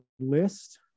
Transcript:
list